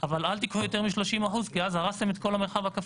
אבל אל תיקחו יותר מ-30% כי אז הרסתם את כל המרחב הכפרי,